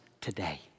today